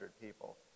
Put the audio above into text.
people